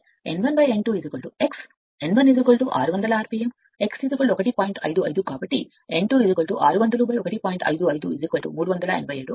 55 వస్తుంది అంటే n 2 x కాబట్టి n 1 60 600 rpm మరియు x 1